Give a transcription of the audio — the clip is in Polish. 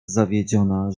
zawiedziona